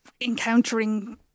encountering